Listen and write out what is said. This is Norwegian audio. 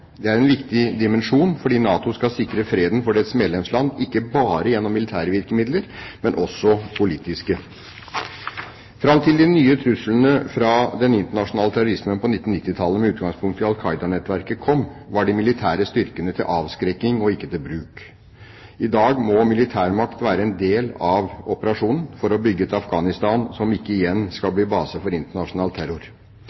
Det er en viktig dimensjon, fordi NATO skal sikre freden for dets medlemsland ikke bare gjennom militære virkemidler, men også politiske. Fram til de nye truslene fra den internasjonale terrorismen på 1990-tallet med utgangspunkt i Al Qaida-nettverket kom, var de militære styrkene til avskrekking og ikke til bruk. I dag må militærmakt være en del av operasjonen for å bygge et Afghanistan som ikke igjen skal